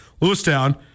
Lewistown